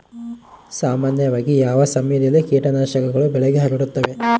ಸಾಮಾನ್ಯವಾಗಿ ಯಾವ ಸಮಯದಲ್ಲಿ ಕೇಟನಾಶಕಗಳು ಬೆಳೆಗೆ ಹರಡುತ್ತವೆ?